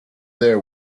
their